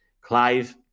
Clive